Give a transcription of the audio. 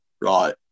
right